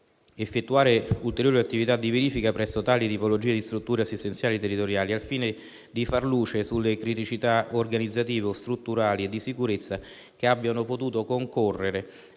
effettuare ulteriori attività di verifica presso tali tipologie di strutture assistenziali territoriali, al fine di fare luce sulle criticità organizzativo-strutturali e di sicurezza che abbiano potuto concorrere